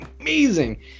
amazing